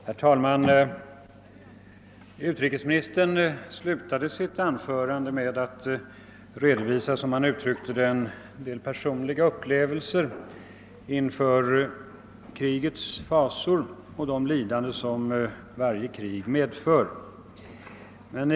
Herr talman! Utrikesministern slutade sitt anförande med att redovisa en del personliga upplevelser — som han uttryckte det — inför krigets fasor och de lidanden som varje krig medför.